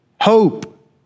hope